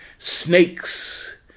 snakes